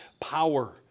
power